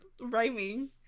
rhyming